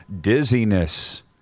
dizziness